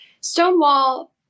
Stonewall